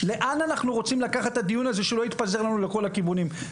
לאן אנחנו רוצים לקחת את הדיון הזה שהוא לא יתפזר לנו לכל הכיוונים.